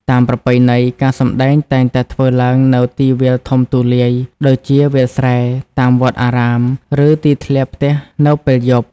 តាមប្រពៃណី ការសម្តែងតែងតែធ្វើឡើងនៅទីវាលធំទូលាយ ដូចជា វាលស្រែ តាមវត្តអារាម ឬទីធ្លាផ្ទះនៅពេលយប់។